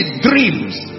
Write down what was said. dreams